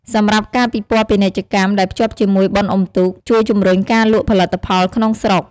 សម្រាប់ការពិព័រណ៍ពាណិជ្ជកម្មដែលភ្ជាប់ជាមួយបុណ្យអុំទូក ជួយជំរុញការលក់ផលិតផលក្នុងស្រុក។